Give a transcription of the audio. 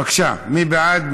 בבקשה, מי בעד?